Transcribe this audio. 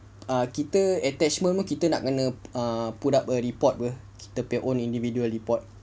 ah kita attachment semua kita nak kena err put up a report apa kita punya own individual report